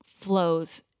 flows